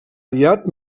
aviat